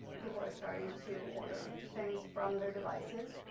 people are starting to order things from their devices.